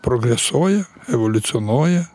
progresuoja evoliucionuoja